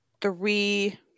three